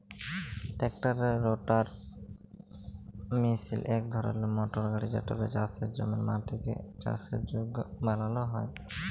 ট্রাক্টারের রোটাটার মিশিল ইক ধরলের মটর গাড়ি যেটতে চাষের জমির মাটিকে চাষের যগ্য বালাল হ্যয়